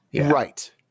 Right